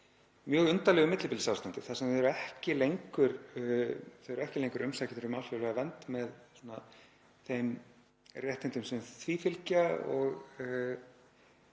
mjög undarlegu millibilsástandi þar sem þau eru ekki lengur umsækjendur um alþjóðlega vernd með þeim réttindum sem því fylgja og